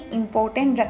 important